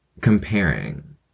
comparing